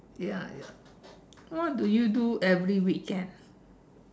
ya ya what do you do every weekend